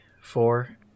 four